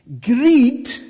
Greed